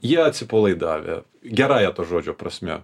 jie atsipalaidavę gerąja to žodžio prasme